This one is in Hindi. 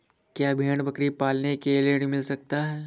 क्या भेड़ बकरी पालने के लिए ऋण मिल सकता है?